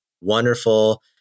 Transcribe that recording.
wonderful